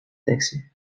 taxi